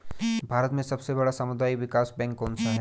भारत में सबसे बड़ा सामुदायिक विकास बैंक कौनसा है?